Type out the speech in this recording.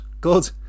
good